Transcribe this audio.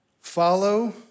Follow